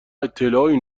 اطلاعی